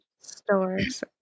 stores